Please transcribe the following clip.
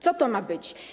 Co to ma być?